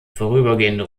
vorübergehende